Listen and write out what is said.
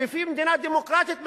לפי מדינה דמוקרטית,